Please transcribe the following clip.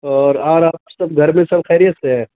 اور اور آپ کے سب گھر میں سب خیریت سے ہیں